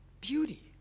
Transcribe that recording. beauty